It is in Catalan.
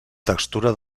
textura